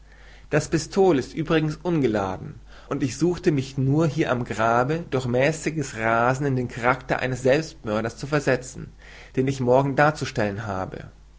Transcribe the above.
das pistol ist übrigens ungeladen und ich suchte mich nur hier am grabe durch mäßiges rasen in den karakter eines selbstmörders zu versetzen den ich morgen darzustellen habe